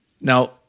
Now